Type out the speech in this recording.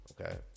okay